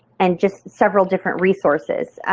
and just several different resources.